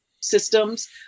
systems